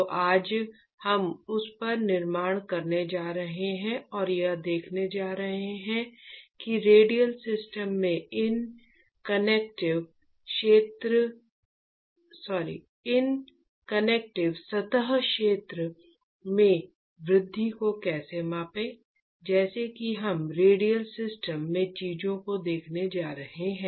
तो आज हम उस पर निर्माण करने जा रहे हैं और यह देखने जा रहे हैं कि रेडियल सिस्टम में इस कन्वेक्टीव सतह क्षेत्र में वृद्धि को कैसे मापें जो कि हम रेडियल सिस्टम में चीजों को देखने जा रहे हैं